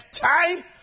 time